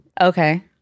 Okay